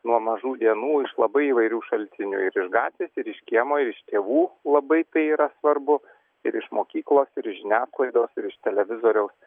nuo mažų dienų iš labai įvairių šaltinių ir iš gatvės ir iš kiemo ir iš tėvų labai tai yra svarbu ir iš mokyklos ir iš žiniasklaidos ir iš televizoriaus